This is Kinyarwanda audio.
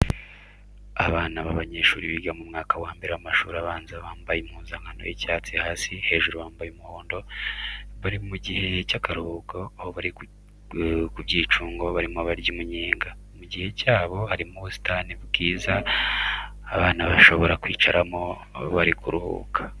Abana b'abanyeshuri biga mu mwaka wa mbere w'amashuri abanza bambaye impuzankano y'icyatsi hasi, hejuru bambaye umuhondo. Bari mu gihe cy'akaruhuko aho bari ku byicungo barimo barya umunyega. Mu kigo cyabo harimo ubusitani bwiza abana bashobora kwicaramo bari kuruhuka.